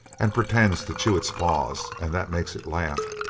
and pretends to chew its paws, and that makes it laugh.